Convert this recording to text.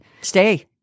Stay